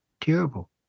Terrible